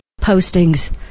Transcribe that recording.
postings